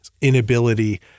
inability